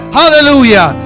hallelujah